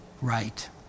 right